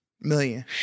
million